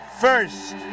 first